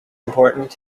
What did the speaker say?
important